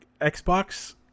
Xbox